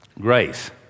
grace